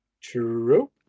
True